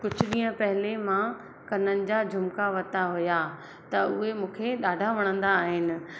कुझु ॾींहं पहिले मां कननि जा झुमका वरिता हुया त उहे मूंखे ॾाढा वणंदा आहिनि